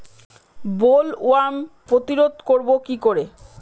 Bollworm প্রতিরোধ করব কি করে?